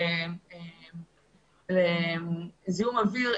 לזיהום אוויר,